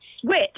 switch